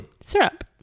syrup